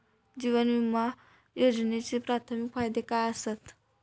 जीवन विमा योजनेचे प्राथमिक फायदे काय आसत?